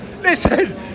listen